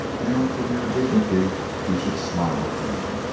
and for mere dignity you should smile at them,